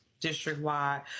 district-wide